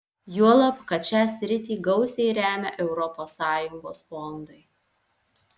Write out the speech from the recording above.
juolab kad šią sritį gausiai remia europos sąjungos fondai